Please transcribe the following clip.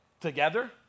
together